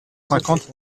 cinquante